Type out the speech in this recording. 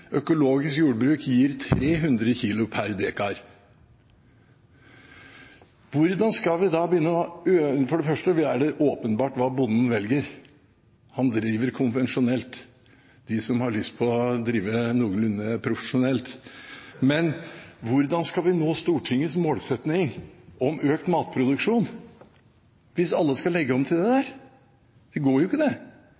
økologisk jordbruk gir 300 kg per dekar. For det første er det åpenbart hva bonden velger: Han driver konvensjonelt, og det gjør de som har lyst å drive noenlunde profesjonelt. Men hvordan skal vi nå Stortingets målsetting om økt matproduksjon hvis alle skal legge om til det?